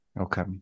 Okay